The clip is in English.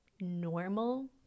normal